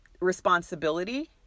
responsibility